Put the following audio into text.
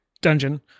dungeon